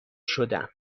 شدم